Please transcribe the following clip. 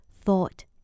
thought